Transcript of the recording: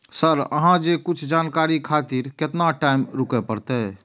Sir अहाँ से कुछ जानकारी खातिर केतना टाईम रुके परतें?